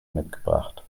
mitgebracht